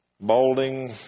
balding